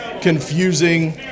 confusing